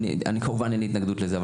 אבל מבחינת סדרי עדיפויות,